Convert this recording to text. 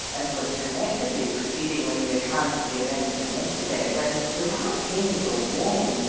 and was collectedly proceeding with the account of the events of yesterday, when, without hint or warning,